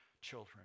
children